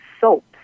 soaps